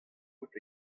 out